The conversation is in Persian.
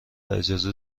اجازه